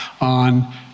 on